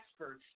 experts